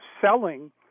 selling